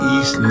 East